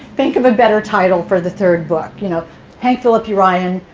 think of a better title for the third book. you know hank phillippi ryan,